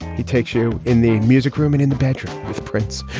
he takes you in the music room and in the bedroom with prince.